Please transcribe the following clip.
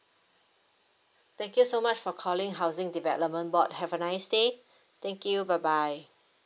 thank you so much for calling housing development board have a nice day thank you bye bye